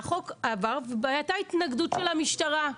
החוק עבר והיתה התנגדות של המשטרה.